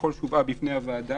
ככל שהובאה בפני הוועדה,